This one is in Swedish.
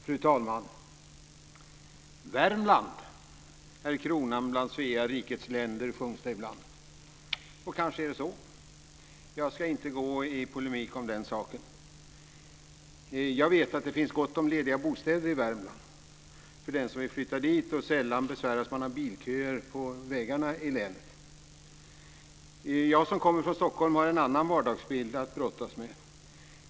Fru talman! Värmland är kronan bland Svea rikes länder, sjungs det ibland. Kanske är det så. Jag ska inte gå i polemik om den saken. Jag vet att det finns gott om lediga bostäder i Värmland för den som vill flytta dit, och sällan besväras man av bilköer på vägarna i länet. Jag som kommer från Stockholm har en annan vardagsbild att brottas med.